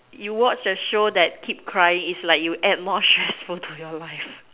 you watch a show that keep crying it's like you add more stressful to your life